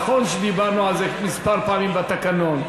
נכון שדיברנו על זה כמה פעמים, בתקנון,